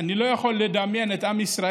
אני לא יכול לדמיין את עם ישראל